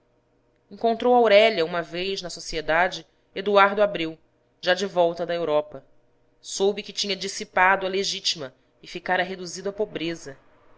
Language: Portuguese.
encontrou aurélia uma vez na sociedade eduardo abreu já de volta da europa soube que tinha dissipado a legítima e ficara reduzido à pobreza